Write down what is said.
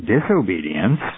disobedience